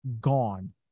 gone